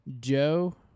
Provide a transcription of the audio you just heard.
Joe